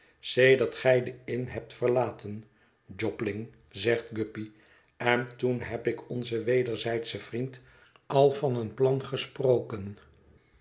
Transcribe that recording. sedert gij de in n hebt verlaten jobling zegt guppy en toen heb ik onzen wederzijdschen vriend al van een plan gesproken